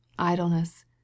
idleness